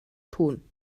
tun